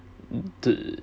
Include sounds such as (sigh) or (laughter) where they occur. (noise)